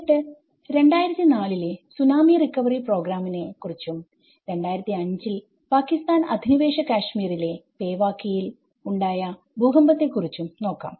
എന്നിട്ട് 2004 ലെ tsunami recovery പ്രോഗ്രാമിനെ കുറിച്ചും2005 ൽ പാകിസ്ഥാൻ അധിനിവേശ കാശ്മീറിലെ പേവാകീയിൽ ഉണ്ടായ ഭൂകമ്പത്തെ കുറിച്ചും നോക്കാം